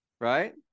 right